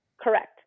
Correct